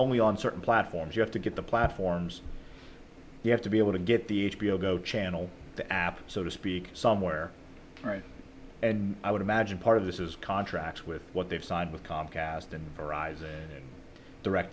only on certain platforms you have to get the platforms you have to be able to get the h b o go channel the app so to speak somewhere and i would imagine part of this is contracts with what they've signed with comcast and arises in direct